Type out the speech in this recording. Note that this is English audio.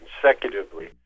consecutively